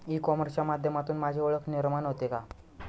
E कॉमर्सच्या माध्यमातून माझी ओळख निर्माण होते का?